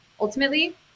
ultimately